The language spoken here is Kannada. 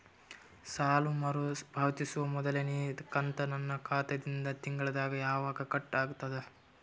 ಸಾಲಾ ಮರು ಪಾವತಿಸುವ ಮೊದಲನೇ ಕಂತ ನನ್ನ ಖಾತಾ ದಿಂದ ತಿಂಗಳದಾಗ ಯವಾಗ ಕಟ್ ಆಗತದ?